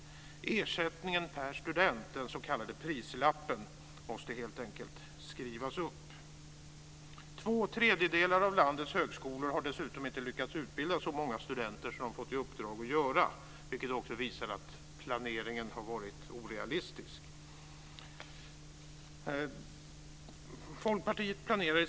Ersättningen per student, den s.k. prislappen, måste helt enkelt skrivas upp. Två tredjedelar av landets högskolor har dessutom inte lyckats utbilda så många studenter som de fått i uppdrag att göra, vilket också visar att planeringen har varit orealistisk.